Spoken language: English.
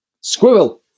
squirrel